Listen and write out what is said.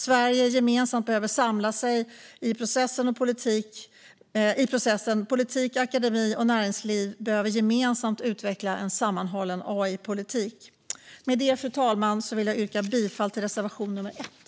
Sverige gemensamt behöver samla sig i processen. Politik, akademi och näringsliv behöver gemensamt utveckla en sammanhållen AI-politik. Med det, fru talman, vill jag yrka bifall till reservation nummer 1.